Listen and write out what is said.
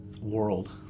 world